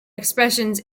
expressions